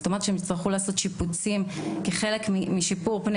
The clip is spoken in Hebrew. זאת אומרת שהן יצטרכו לעשות שיפוצים כחלק משיפור פני